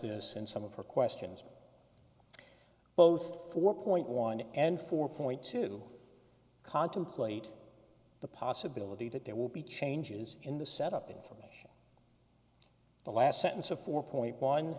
this and some of her questions both four point one and four point two contemplate the possibility that there will be changes in the set up information the last sentence of four point one